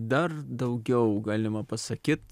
dar daugiau galima pasakyt